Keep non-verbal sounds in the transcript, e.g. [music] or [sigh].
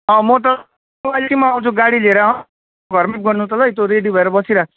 अँ म त [unintelligible] आउँछु गाडी लिएर घरमै भर्नु तँलाई तँ रेडी भएर बसिराख्